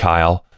Kyle